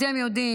אתם יודעים,